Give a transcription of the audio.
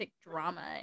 drama